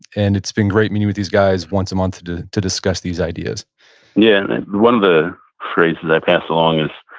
and it's been great meeting with these guys once a month to to discuss these ideas yeah. one of the phrases i pass along is,